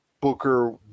Booker